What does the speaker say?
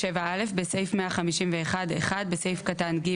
(7א) בסעיף 151 (1) בסעיף קטן (ג),